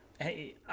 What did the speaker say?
Hey